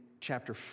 chapter